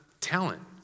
talent